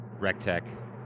Rectech